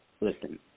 listen